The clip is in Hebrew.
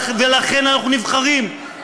ולכן אנחנו נבחרים,